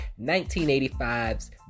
1985's